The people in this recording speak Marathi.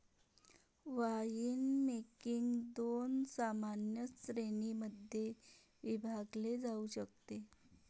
वाइनमेकिंग दोन सामान्य श्रेणीं मध्ये विभागले जाऊ शकते